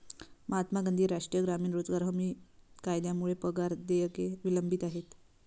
महात्मा गांधी राष्ट्रीय ग्रामीण रोजगार हमी कायद्यामुळे पगार देयके विलंबित आहेत